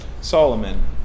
Solomon